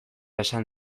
esan